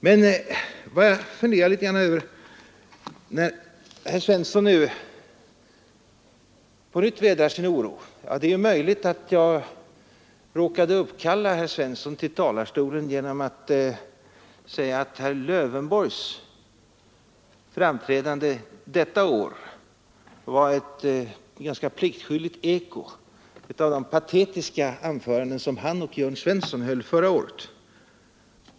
Men när herr Svensson nu på nytt vädrar sin oro har jag börjat fundera över om jag möjligen råkar uppkalla herr Svensson till talarstolen genom att säga att herr Lövenborgs framträdande detta år var ett ganska pliktskyldigt eko av de patetiska anföranden som han och Jörn Svensson höll förra året.